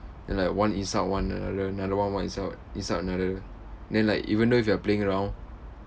then like one insult one another another one insult insult another then like even though if you are playing around